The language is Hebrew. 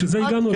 לכן הגענו לכאן.